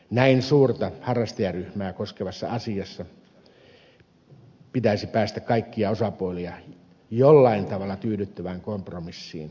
näin suurta harrastajaryhmää koskevassa asiassa pitäisi päästä kaikkia osapuolia jollakin tavalla tyydyttävään kompromissiin